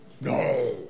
No